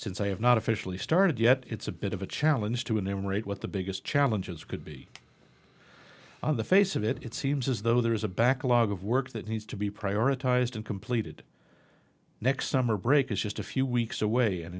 since i have not officially started yet it's a bit of a challenge to enumerate what the biggest challenges could be on the face of it it seems as though there is a backlog of work that needs to be prioritized and completed next summer break is just a few weeks away and